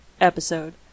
episode